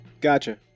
Gotcha